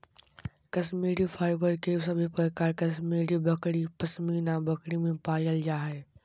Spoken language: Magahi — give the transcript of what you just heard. कश्मीरी फाइबर के सभे प्रकार कश्मीरी बकरी, पश्मीना बकरी में पायल जा हय